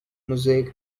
mosaic